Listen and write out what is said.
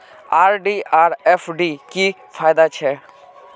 RD आर FD की फ़ायदा छे?